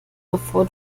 bevor